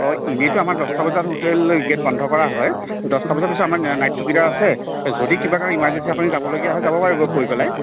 অ এনেইতো আমাৰ দহটা বজাত হোটেলৰ গেট বন্ধ কৰা হয় দহটা বজাৰ পিছত আমাৰ নাইট চকীদাৰ আছে যদি কিবা কাৰণত ইমাৰ্জেঞ্চি আপুনি যাব লগীয়া হয় যাব পাৰিব কৈ পেলাই